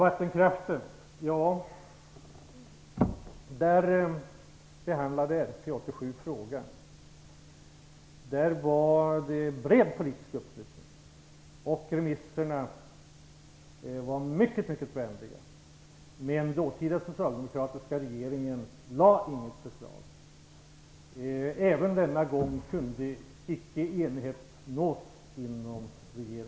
Vattenkraftsfrågan var det bred politisk uppslutning kring. Remisserna var mycket vänliga. Men den dåtida socialdemokratiska regeringen lade inte fram något förslag. Inte heller denna gång kunde enighet nås inom regeringen.